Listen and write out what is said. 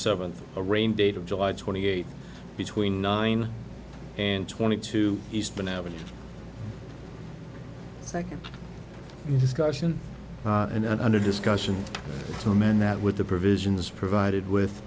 seventh a rain date of july twenty eighth between nine and twenty two eastern avenue second discussion and under discussion to amend that with the provisions provided with